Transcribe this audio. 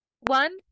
one